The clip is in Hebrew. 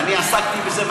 אני עסקתי בזה,